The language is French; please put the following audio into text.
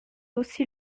aussi